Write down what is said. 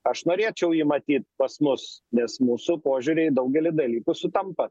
aš norėčiau jį matyt pas mus nes mūsų požiūriai daugely dalykų sutampa